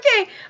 Okay